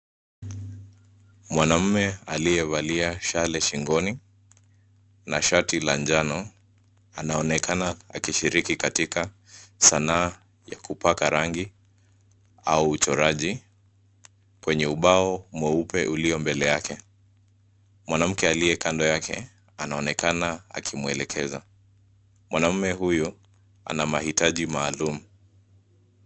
Mwanaume aliyevalia shale shingoni na shati la njano. Anaonekana akishiriki katika sanaa ya kupaka rangi au uchoraji kwenye ubao mweupe ulio mbele yake. Mwanamke aliye kando yake anaonekana akimuelekeza. Mwanaume huyo ana mahitaji maalum.